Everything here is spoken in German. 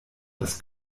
das